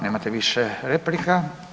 Nemate više replika.